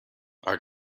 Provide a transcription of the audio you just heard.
are